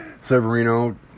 Severino